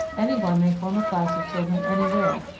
any one may form a class of children anywhere,